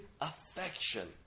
affection